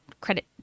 credit